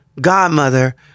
godmother